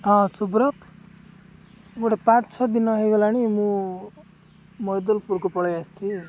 ହଁ ସୁବ୍ରତ ଗୋଟେ ପାଞ୍ଚ ଛଅ ଦିନ ହେଇଗଲାଣି ମୁଁ ମଇଦଲପୁରକୁ ପଳେଇ ଆସିଛି